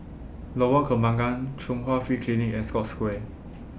Lorong Kembagan Chung Hwa Free Clinic and Scotts Square